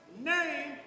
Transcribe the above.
name